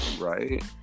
Right